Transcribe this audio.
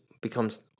becomes